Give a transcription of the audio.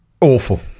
awful